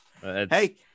Hey